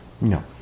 No